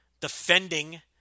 defending